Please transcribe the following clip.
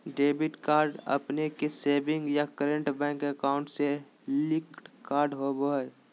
debit card अपने के savings या करंट बैंक अकाउंट से लिंक्ड कार्ड होबा हइ